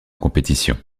compétition